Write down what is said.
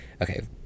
Okay